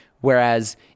Whereas